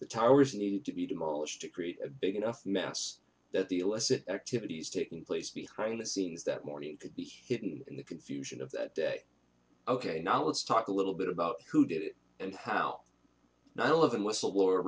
the towers needed to be demolished to create a big enough mess that the illicit activities taking place behind the scenes that morning could be hidden in the confusion of that day ok now let's talk a little bit about who did it and how nine eleven whistleblower